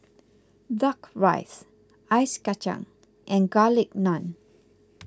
Duck Rice Ice Kachang and Garlic Naan